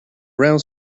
around